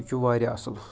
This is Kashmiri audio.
یہِ چھُ واریاہ اَصٕل